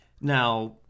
Now